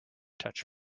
touch